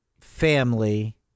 Family